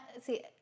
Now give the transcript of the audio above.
See